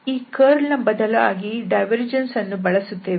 ಈ ಕರ್ಲ್ ನ ಬದಲಾಗಿ ಡೈವರ್ಜೆನ್ಸ್ ಅನ್ನು ಬಳಸುತ್ತೇವೆ